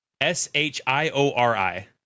S-H-I-O-R-I